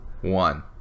one